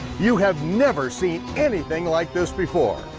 you have never seen anything like this before.